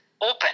open